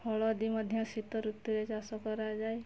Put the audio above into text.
ହଳଦୀ ମଧ୍ୟ ଶୀତଋତୁରେ ଚାଷ କରାଯାଏ